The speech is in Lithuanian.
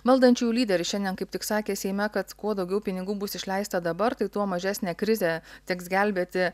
valdančiųjų lyderis šiandien kaip tik sakė seime kad kuo daugiau pinigų bus išleista dabar tai tuo mažesnę krizę teks gelbėti